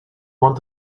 want